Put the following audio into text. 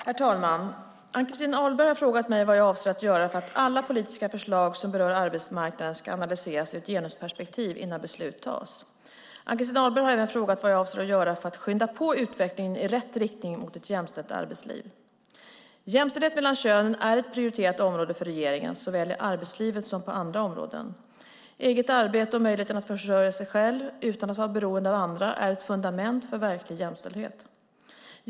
Herr talman! Ann-Christin Ahlberg har frågat mig vad jag avser att göra för att alla politiska förslag som berör arbetsmarknaden ska analyseras ur ett genusperspektiv innan beslut tas. Ann-Christin Ahlberg har även frågat vad jag avser att göra för att skynda på utvecklingen i rätt riktning mot ett jämställt arbetsliv. Jämställdhet mellan könen är ett prioriterat område för regeringen, såväl i arbetslivet som på andra områden. Eget arbete och möjligheten att försörja sig själv utan att vara beroende av andra är ett fundament för verklig jämställdhet.